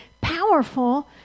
powerful